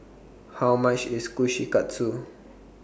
How much IS Kushikatsu